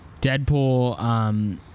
Deadpool